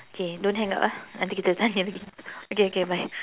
K don't hang up ah nanti kita tanya okay okay bye